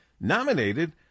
nominated